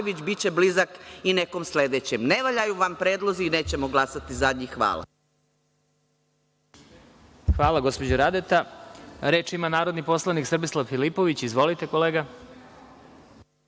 Hvala, gospođo Radeta. Reč ima narodni poslanik Srbislav Filipović. Izvolite.